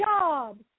job